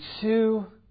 two